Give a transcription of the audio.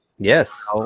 Yes